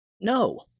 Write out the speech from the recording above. no